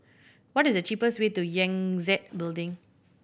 what is the cheapest way to Yangtze Building